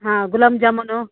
ಹಾಂ ಗುಲಾಬ್ ಜಾಮೂನು